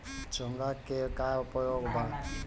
चोंगा के का उपयोग बा?